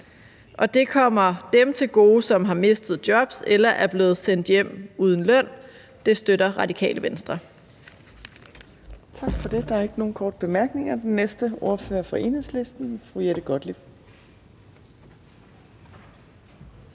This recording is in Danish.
og det kommer dem til gode, som har mistet jobs eller er blevet sendt hjem uden løn. Det støtter Radikale Venstre.